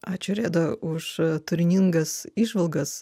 ačiū reda už turiningas įžvalgas